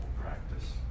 practice